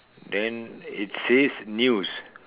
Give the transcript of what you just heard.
then it says news